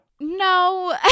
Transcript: no